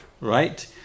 right